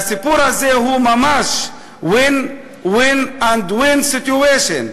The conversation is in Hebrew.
והסיפור הזה הוא ממש win-win and win situation,